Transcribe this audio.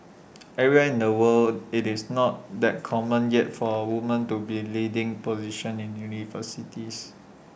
everywhere in the world IT is not that common yet for woman to be leading positions in universities